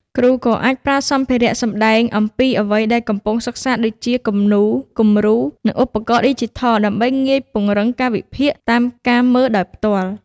គ្រូក៏អាចប្រើសម្ភារៈសម្ដែងអំពីអ្វីដែលកំពុងសិក្សាដូចជា គំនូរ គំរូ និងឧបករណ៍ឌីជីថល ដើម្បីងាយពង្រឹងការវិភាគ តាមការមើលដោយផ្ទាល់។